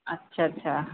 अच्छा अच्छा